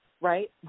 right